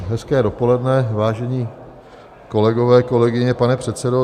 Hezké dopoledne, vážení kolegové, kolegyně, pane předsedo.